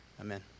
Amen